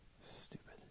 Stupid